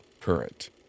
current